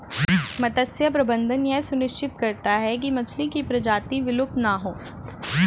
मत्स्य प्रबंधन यह सुनिश्चित करता है की मछली की प्रजाति विलुप्त ना हो